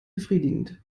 befriedigend